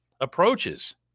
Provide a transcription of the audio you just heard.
approaches